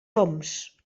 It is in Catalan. oms